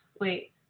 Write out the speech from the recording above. wait